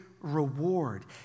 reward